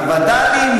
הווד"לים?